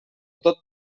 tot